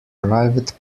private